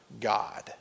God